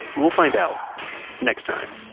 we'll find out next time